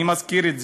אני מזכיר את זה.